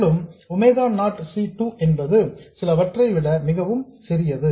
மேலும் omega naught C 2 என்பது சிலவற்றை விட மிகவும் சிறியது